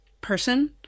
person